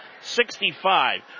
65